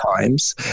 times